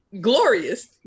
glorious